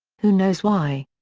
who knows why?